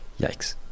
yikes